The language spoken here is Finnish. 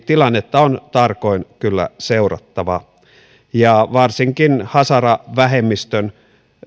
tilannetta on tarkoin kyllä seurattava ja varsinkin hazara vähemmistön